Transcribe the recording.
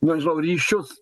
nežinau ryšius